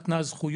היא נתנה זכויות,